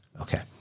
Okay